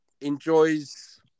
enjoys